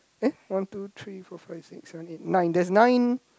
eh one two three four five six seven eight nine there is nine